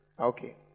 Okay